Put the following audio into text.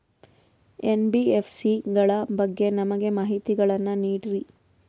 NBFC ಗಳ ಬಗ್ಗೆ ನಮಗೆ ಮಾಹಿತಿಗಳನ್ನ ನೀಡ್ರಿ?